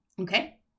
okay